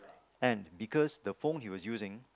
and because the phone he was using